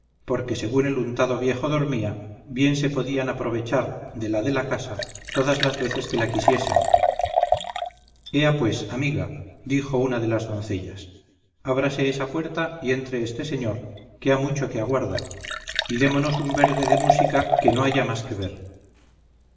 porque según el untado viejo dormía bien se podían aprovechar de la de casa todas las veces que la quisiesen ea pues amiga dijo una de las doncellas ábrase esa puerta y entre este señor que ha mucho que aguarda y démonos un verde de música que no haya más que ver